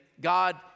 God